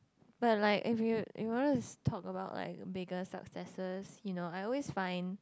but like if you if you want to talk about like bigger successes you know I always find